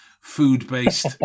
food-based